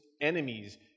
enemies